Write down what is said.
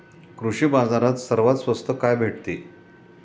कृषी बाजारात सर्वात स्वस्त काय भेटते?